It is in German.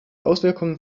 auswirkungen